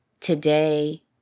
Today